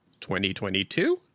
2022